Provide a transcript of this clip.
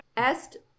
Est